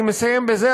אני מסיים בזה,